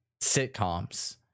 sitcoms